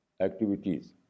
activities